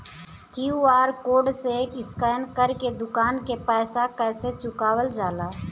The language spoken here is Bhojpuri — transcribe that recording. क्यू.आर कोड से स्कैन कर के दुकान के पैसा कैसे चुकावल जाला?